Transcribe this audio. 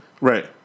right